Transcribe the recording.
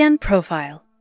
Profile